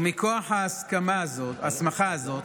ומכוח ההסמכה הזאת